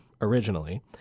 originally